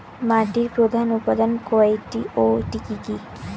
মাটির প্রধান উপাদান কয়টি ও কি কি?